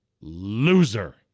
loser